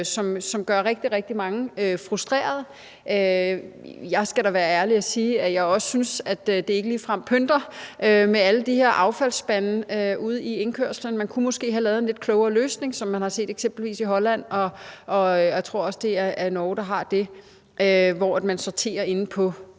rigtig, rigtig mange frustrerede. Jeg skal da være ærlig og sige, at jeg også synes, at det ikke ligefrem pynter med alle de her affaldsspande ude i indkørslen. Man kunne måske have lavet en lidt klogere løsning, som man eksempelvis har set i Holland, og jeg tror også, Norge har det, hvor man sorterer inde på